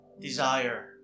desire